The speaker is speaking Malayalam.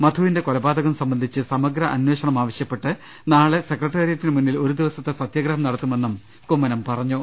മധുവിന്റെ കൊലപാ തകം സംബന്ധിച്ച് സമഗ്ര അന്വേഷണം ആവശൃപ്പെട്ട് നാളെ സെക്രട്ടറിയറ്റിനു മുന്നിൽ ഒരു ദിവസത്തെ സതൃഗ്രഹം നട ത്തുമെന്നും കുമ്മനം പറഞ്ഞു